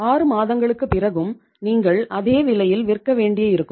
6 மாதங்களுக்குப் பிறகும் நீங்கள் அதே விலையில் விற்க வேண்டியிருக்கும்